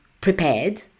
prepared